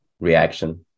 reaction